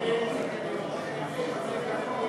אדוני היושב-ראש,